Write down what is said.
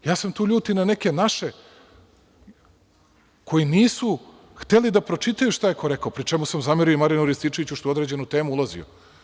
Ja se tu ljutim na neke naše koji nisu hteli da pročitaju šta je ko rekao pri čemu sam zamerio i Marijanu Rističeviću što je u određenu temu ulazio.